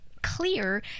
clear